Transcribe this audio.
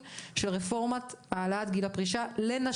זו רפורמה גדולה מאוד שגם תתפרש על פני 11